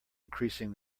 increasing